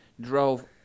drove